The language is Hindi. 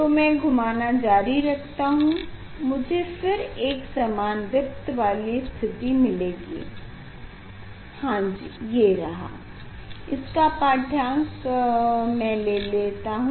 तो मैं घूमाना जारी रखता हूँ मुझे फिर एकसमान दीप्त वाली स्थिति मिलेगी हां जी ये रहा इसका पाढ्यांक मैं ले सकता हूँ